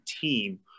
team